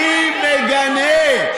אני מגנה,